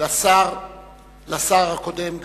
לשר הקודם,